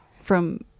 from-